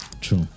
True